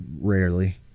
rarely